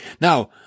Now